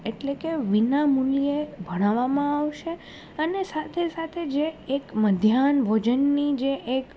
એટલે કે વિનામૂલ્યે ભણાવવામાં આવશે અને સાથે સાથે જે એક મધ્યાન્હ ભોજનની જે એક